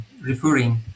referring